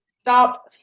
Stop